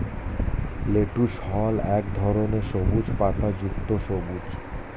lettuce হল এক ধরনের সবুজ পাতাযুক্ত সবজি